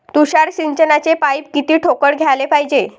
तुषार सिंचनाचे पाइप किती ठोकळ घ्याले पायजे?